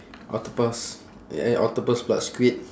octopus eh octopus pula squid